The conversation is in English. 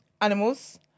animals